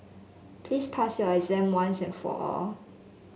please pass your exam once and for all